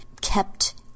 kept